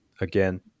again